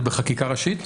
זה בחקיקה ראשית?